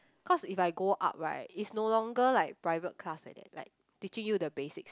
cause if I go up right is no longer like private class like that like teaching you the basics